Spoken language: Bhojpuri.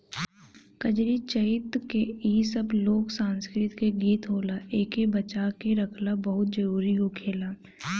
कजरी, चइता इ सब लोक संस्कृति के गीत होला एइके बचा के रखल बहुते जरुरी होखेला